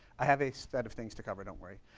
i have a stead of things to cover, don't worry,